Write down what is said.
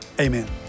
Amen